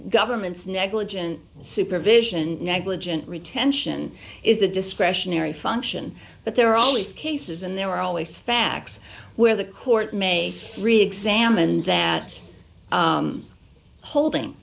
government's negligent supervision negligent retention is a discretionary function but there are always cases and there are always facts where the court may reexamined that holding